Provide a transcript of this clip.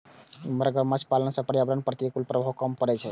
मगरमच्छ पालन सं पर्यावरण पर प्रतिकूल प्रभाव कम पड़ै छै